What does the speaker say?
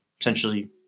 essentially